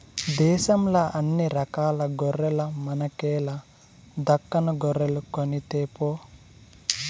దేశంల అన్ని రకాల గొర్రెల మనకేల దక్కను గొర్రెలు కొనితేపో